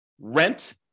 rent